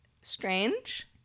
strange